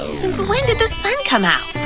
since when did the sun come out?